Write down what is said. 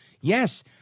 Yes